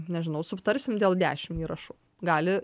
nežinau sutarsim dėl dešimt įrašų gali